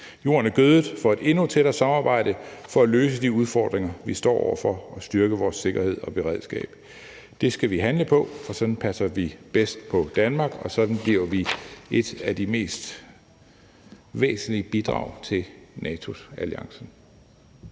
Jorden er gødet for et endnu tættere samarbejde for at løse de udfordringer, vi står over for, og for at styrke vores sikkerhed og beredskab. Det skal vi handle på, for sådan passer vi bedst på Danmark, og sådan leverer vi et af de væsentligste bidrag til NATO-alliancen.